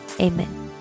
amen